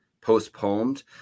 postponed